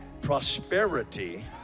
prosperity